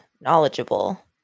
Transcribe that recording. knowledgeable